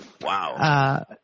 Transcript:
Wow